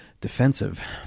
defensive